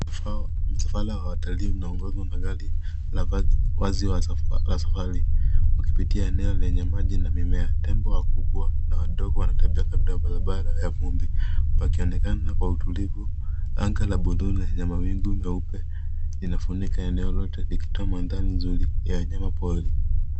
Msafara wa watalii unaongozwa na gari la wazi la safari, wakipitia eneo lenye maji na mimea. Tembo wakubwa na wadogo wanatembea kando ya barabara ya vumbi, wakionekana kuwa watulivu. Anga la buluu lenye mawingu meupe linafunika eneo lote likitoa mandhari nzuri ya wanyama pori.